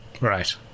Right